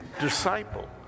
disciple